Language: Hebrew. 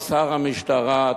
ושר המשטרה,